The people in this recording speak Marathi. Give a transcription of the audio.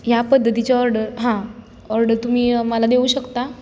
ह्या पद्धतीचे ऑर्डर हां ऑर्ड तुम्ही मला देऊ शकता